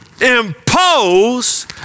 impose